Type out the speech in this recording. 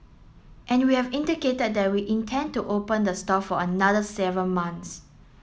and we have indicated that we intend to open the store for another seven months